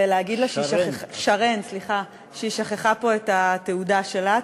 ולהגיד לה שהיא שכחה פה את התעודה שלה,